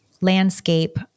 landscape